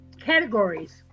categories